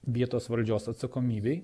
vietos valdžios atsakomybei